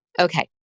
okay